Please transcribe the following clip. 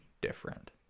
different